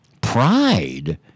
pride